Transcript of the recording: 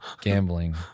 gambling